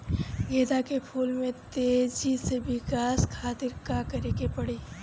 गेंदा के फूल में तेजी से विकास खातिर का करे के पड़ी?